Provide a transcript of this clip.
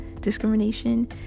discrimination